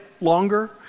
longer